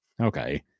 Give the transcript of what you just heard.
Okay